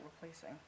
replacing